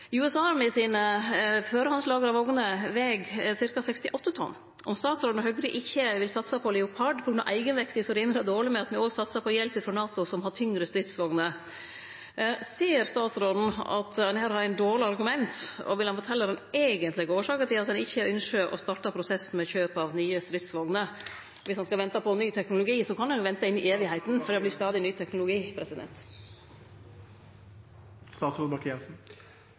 Om statsråden og Høgre ikkje vil satse på Leopard på grunn av eigenvekta, rimar det dårleg med at me òg satsar på hjelp frå NATO, som har tyngre stridsvogner. Ser statsråden at ein her har dårlege argument, og vil han fortelje den eigentlege årsaka til at ein ikkje ønskjer å starte prosessen med kjøp av nye stridsvogner? Om ein skal vente på ny teknologi, kan ein jo vente i det uendelege, for det kjem stadig ny teknologi.